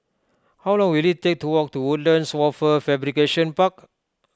how long will it take to walk to Woodlands Wafer Fabrication Park